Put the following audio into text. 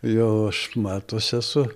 jau aš metuose su